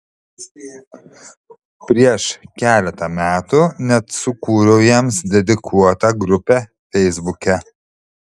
prieš keletą metų net sukūriau jiems dedikuotą grupę feisbuke